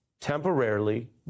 temporarily